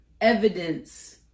evidence